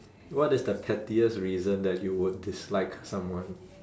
what is the pettiest reason that you would dislike someone